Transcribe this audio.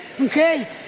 Okay